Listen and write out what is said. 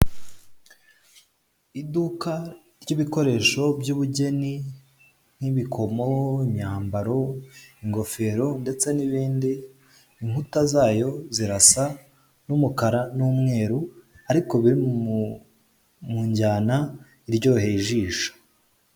iduka ryibikoresho byubugeni nk'ibikomo, imyambaro, ingofero ndetse n'ibindi inkuta zayo zirasa nkumukara n'umweru ariko biri mu njyana ibereye ijisho.